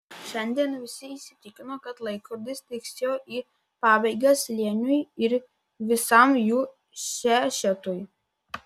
šiandien visi įsitikino kad laikrodis tiksėjo į pabaigą slėniui ir visam jų šešetui